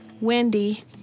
Wendy